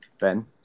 Ben